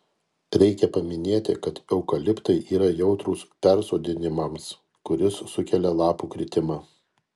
reikia paminėti kad eukaliptai yra jautrūs persodinimams kuris sukelia lapų kritimą